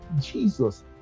Jesus